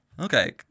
Okay